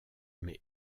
mais